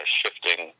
shifting